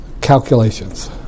Calculations